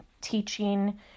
teaching